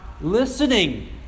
listening